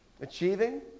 Achieving